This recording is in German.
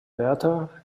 wärter